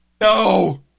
no